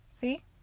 see